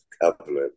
covenant